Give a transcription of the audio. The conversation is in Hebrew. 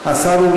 זה חלק